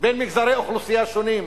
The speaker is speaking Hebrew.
בין מגזרי אוכלוסייה שונים,